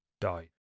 died